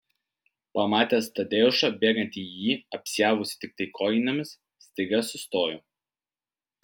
pamatęs tadeušą bėgantį į jį apsiavusį tiktai kojinėmis staiga sustojo